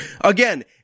again